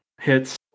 hits